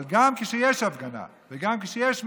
אבל גם כשיש הפגנה וגם כשיש מפגינים,